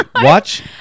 watch